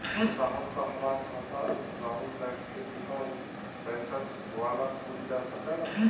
साहब का हमार खाता राऊर बैंक में बीना पैसा वाला खुल जा सकेला?